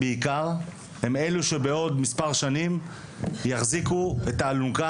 הם בעיקר יחזיקו בעוד מספר שנים את האלונקה